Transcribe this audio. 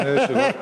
לא לזה התכוונתי.